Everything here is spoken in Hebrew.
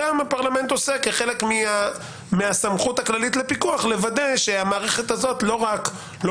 גם הפרלמנט עושה כחלק מהסמכות הכללית לפיקוח שהמערכת הזו לא רק לא